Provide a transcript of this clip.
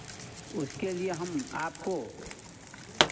उसके लिए हम आपको